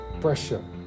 pressure